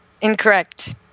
Incorrect